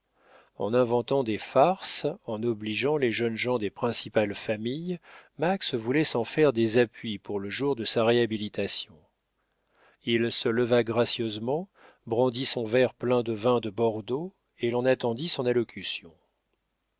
en inventant des farces en obligeant les jeunes gens des principales familles max voulait s'en faire des appuis pour le jour de sa réhabilitation il se leva gracieusement brandit son verre plein de vin de bordeaux et l'on attendit son allocution